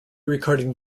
recording